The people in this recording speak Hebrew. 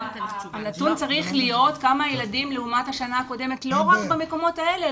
הנתון צריך להיות כמה ילדים לעומת השנה הקודמת לא רק במקומות האלה,